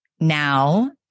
now